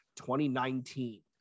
2019